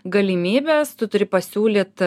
galimybes tu turi pasiūlyt